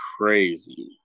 crazy